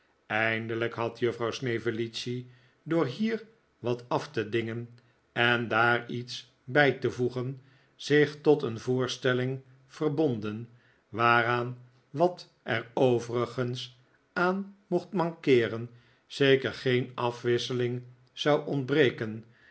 eindelijk had juffrouw snevellicci door hier wat af te dingen en daar iets bij te voegen zich tot een voorstelling verbonden waaraan wat er overigens aan mocht mankeeren zeker geen afwisseling zou ontbreken